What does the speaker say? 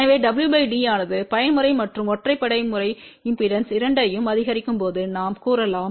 எனவே w d ஆனது பயன்முறை மற்றும் ஒற்றைப்படை முறை இம்பெடன்ஸ் இரண்டையும் அதிகரிக்கும்போது நாம் கூறலாம்